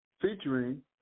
featuring